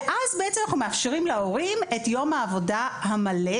ואז בעצם אנחנו מאפשרים להורים את יום העבודה המלא,